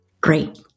Great